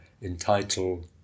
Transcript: entitle